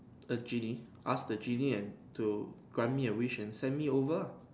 a genie ask the genie and to grant me a wish and send me over ah